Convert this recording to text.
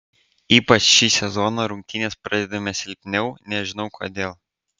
ypač šį sezoną rungtynes pradedame silpniau nežinau kodėl